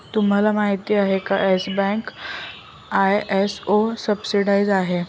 तुम्हाला माहिती आहे का, येस बँक आय.एस.ओ सर्टिफाइड आहे